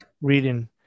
reading